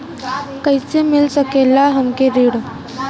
कइसे मिल सकेला हमके ऋण?